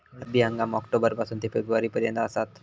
रब्बी हंगाम ऑक्टोबर पासून ते फेब्रुवारी पर्यंत आसात